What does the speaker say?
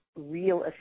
real